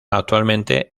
actualmente